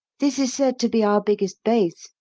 this is said to be our biggest base,